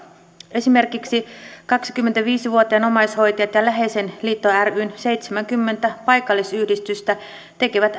esimerkiksi kaksikymmentäviisi vuotiaan omaishoitajat ja läheiset liitto ryn seitsemänkymmentä paikallisyhdistystä tekevät